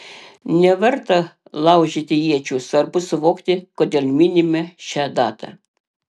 neverta laužyti iečių svarbu suvokti kodėl minime šią datą